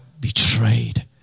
betrayed